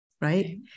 right